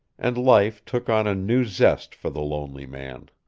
and life took on a new zest for the lonely man.